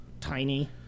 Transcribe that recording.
tiny